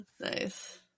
Nice